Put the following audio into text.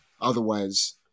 Otherwise